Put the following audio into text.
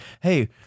hey